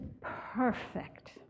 perfect